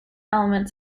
elements